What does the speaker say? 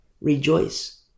Rejoice